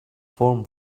form